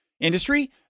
industry